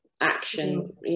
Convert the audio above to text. action